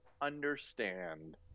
understand